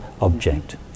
object